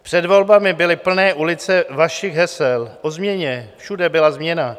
Před volbami byly plné ulice vašich hesel o změně, všude byla změna.